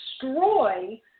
destroy